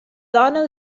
dona